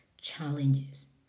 challenges